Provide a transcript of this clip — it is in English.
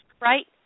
Right